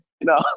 no